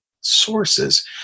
sources